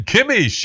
Kimmy